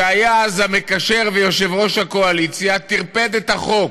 שהיה אז המקשר ויושב-ראש הקואליציה, טרפד את החוק